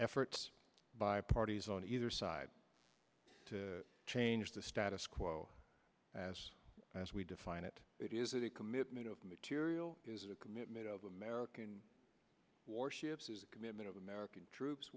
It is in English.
efforts by parties on either side to change the status quo as as we define it it is a commitment of material is a commitment of american warships is a commitment of american troops